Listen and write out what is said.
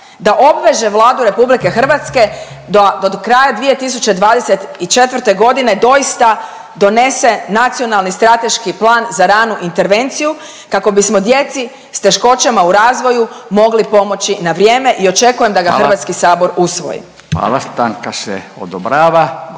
da obveže Vladu Republike Hrvatske da do kraja 2024. godine doista donese Nacionalni strateški plan za ranu intervenciju kako bismo djeci sa teškoćama u razvoju mogli pomoći na vrijeme i očekujem da ga …… /Upadica